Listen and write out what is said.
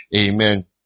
Amen